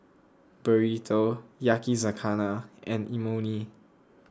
Burrito Yakizakana and Imoni